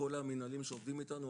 כל המנהלים שעובדים איתנו,